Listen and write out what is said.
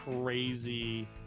crazy